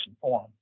form